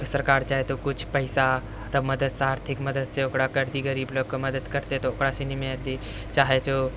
सरकार चाहै तऽ किछु पइसा मददसँ आर्थिक मददसँ ओकरा करतै गरीब लोकके मदद करतै तऽ ओकरा सनीमे हेतै चाहे जे